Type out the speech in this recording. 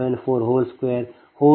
782620